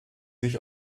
sich